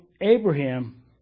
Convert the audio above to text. Abraham